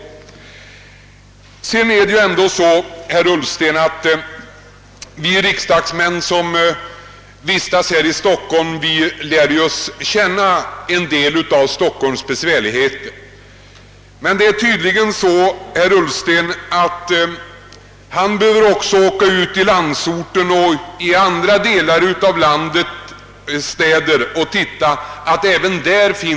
De riksdagsmän som vistas här i Stockholm lär känna en del av Stockholms svårigheter. Men herr Ullsten behöver tydligen åka ut i landsorten för att se att det finns problem även där.